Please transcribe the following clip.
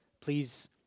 please